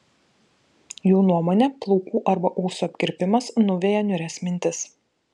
jų nuomone plaukų arba ūsų apkirpimas nuveja niūrias mintis